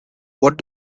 what